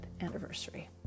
anniversary